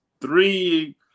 three